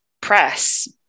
press